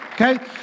okay